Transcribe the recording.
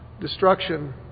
destruction